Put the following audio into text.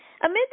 Amid